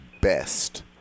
best